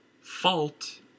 fault